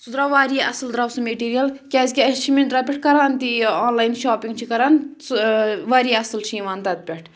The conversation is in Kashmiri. سُہ درٛاو وارِیاہ اَصٕل درٛاو سُہ مِیٚٹیٖریَل کیٛازِکہِ اَسہِ چھِ مِنٛترا پٮ۪ٹھ کَران تہِ یہِ آنلایَن شاپِنٛگ چھِ کَران سُہ وارِیاہ اَصٕل چھِ یِوان تَتہِ پٮ۪ٹھ